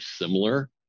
similar